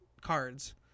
cards